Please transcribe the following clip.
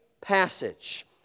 passage